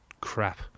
crap